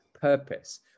purpose